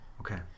Okay